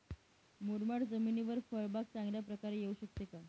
मुरमाड जमिनीवर फळबाग चांगल्या प्रकारे येऊ शकते का?